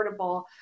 affordable